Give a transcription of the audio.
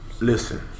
Listen